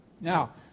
Now